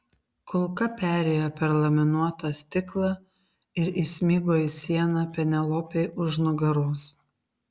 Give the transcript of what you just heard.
kulka perėjo per laminuotą stiklą ir įsmigo į sieną penelopei už nugaros